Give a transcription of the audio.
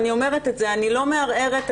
אני לא מערערת.